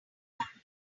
have